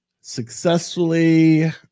successfully